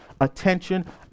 attention